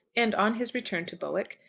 and on his return to bowick,